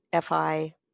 FI